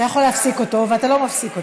להפסיק אותו ואתה לא מפסיק אותו.